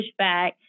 pushback